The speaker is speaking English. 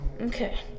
Okay